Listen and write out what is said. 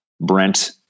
Brent